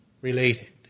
related